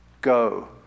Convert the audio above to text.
go